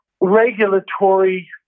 regulatory